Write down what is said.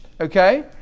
okay